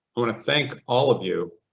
i wanna thank all of you,